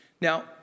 Now